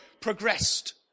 progressed